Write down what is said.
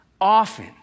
often